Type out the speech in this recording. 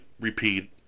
repeat